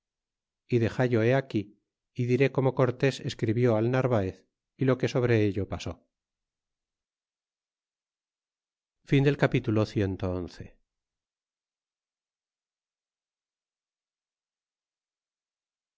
y dexallo be aquí y diré como cortés escribió al narvaez y lo que sobre ello pasó capitulo